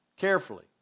carefully